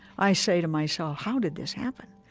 i say to myself, how did this happen?